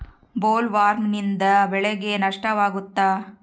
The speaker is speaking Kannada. ಬೊಲ್ವರ್ಮ್ನಿಂದ ಬೆಳೆಗೆ ನಷ್ಟವಾಗುತ್ತ?